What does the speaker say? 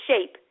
shape